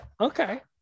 Okay